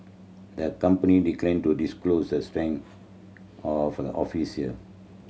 the company declined to disclose the strength of its office here